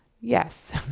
Yes